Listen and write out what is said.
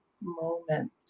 moment